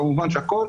כמובן הכול,